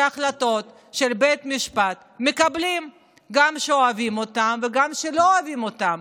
שהחלטות של בית משפט מקבלים גם כשאוהבים אותן וגם כשלא אוהבים אותן.